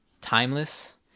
timeless